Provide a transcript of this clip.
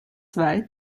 zwei